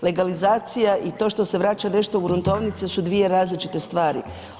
Legalizacija i to što se vraća nešto u gruntovnicu su dvije različite stvari.